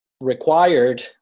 required